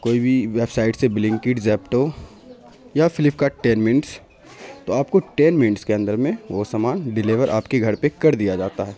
کوئی بھی web site سے بلنکٹ زیپٹو یا فلپ کارٹ ٹین منٹس تو آپ کو ٹین منٹس کے اندر میں وہ سامان ڈلیور آپ کے گھر پہ کر دیا جاتا ہے